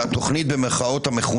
מישהו מופתע מזה שפתאום אתמול צצה הצעת